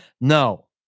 No